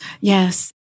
Yes